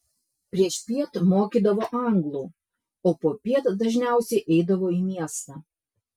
priešpiet mokydavo anglų o popiet dažniausiai eidavo į miestą